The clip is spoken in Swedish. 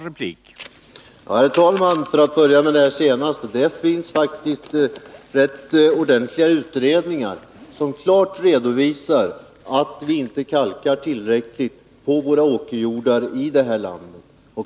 Herr talman! Det finns faktiskt utredningar som klart redovisar att vi inte kalkar tillräckligt på åkerjordarna här i landet.